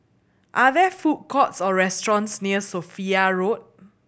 are there food courts or restaurants near Sophia Road